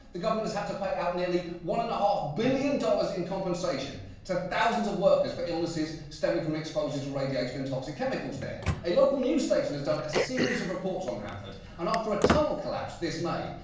the government has had to pay out nearly one and a half billion dollars in compensation to thousands of workers for illnesses stemming from exposure to radiation and toxic chemicals there. a local news station has done a series of reports on hanford, and after a tunnel collapse this may,